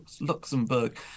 Luxembourg